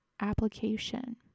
application